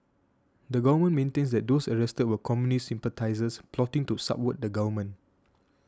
the government maintains that those arrested were communist sympathisers plotting to subvert the government